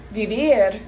vivir